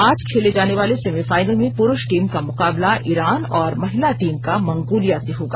आज खेले जानेवाले सेमीफाइनल में पुरुष टीम का मुकाबला ईरान और महिला टीम का मंगोलिया से होगा